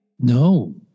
No